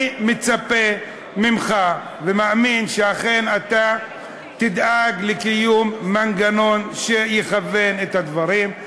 אני מצפה ממך ומאמין שאכן אתה תדאג לקיום מנגנון שיכוון את הדברים.